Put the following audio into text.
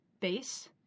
base